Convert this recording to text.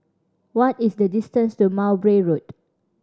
what is the distance to Mowbray Road